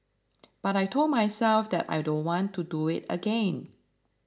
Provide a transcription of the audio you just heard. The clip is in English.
but I told myself that I don't want to do it again